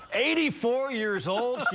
eighty four years old.